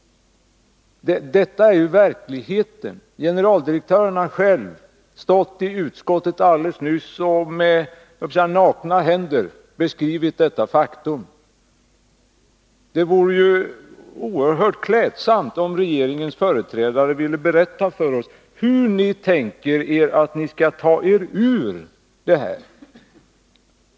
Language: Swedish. Detta är verkligheten. Generaldirektören har själv helt nyligen stått i utskottet och med ”nakna” händer beskrivit detta faktum. Det vore oerhört klädsamt om regeringens företrädare ville berätta för oss hur ni tänker er att ta er ur det här.